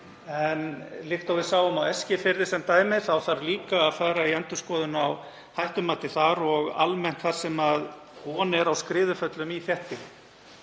En líkt og við sáum á Eskifirði sem dæmi þarf líka að fara í endurskoðun á hættumati þar og almennt þar sem von er á skriðuföllum í þéttbýli.